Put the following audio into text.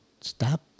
stop